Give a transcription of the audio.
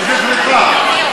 פשוט נפלא.